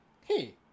hey